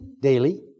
daily